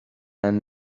einen